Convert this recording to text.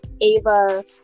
Ava